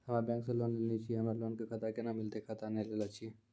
हम्मे बैंक से लोन लेली छियै हमरा लोन खाता कैना मिलतै खाता नैय लैलै छियै?